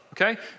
okay